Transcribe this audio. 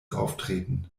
auftreten